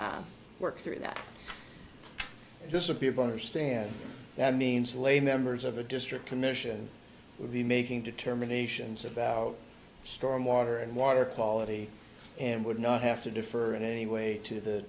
to work through that there's a people understand that means lay members of the district commission would be making determinations about storm water and water quality and would not have to defer in any way to the